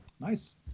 Nice